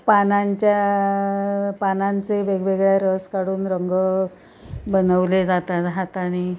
पानांच्या पानांचे वेगवेगळ्या रस काढून रंग बनवले जातात हातांनी